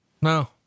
No